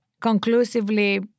conclusively